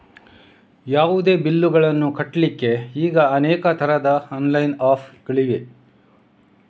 ಯಾವುದೇ ಬಿಲ್ಲುಗಳನ್ನು ಕಟ್ಲಿಕ್ಕೆ ಈಗ ಅನೇಕ ತರದ ಆನ್ಲೈನ್ ಆಪ್ ಗಳಿವೆ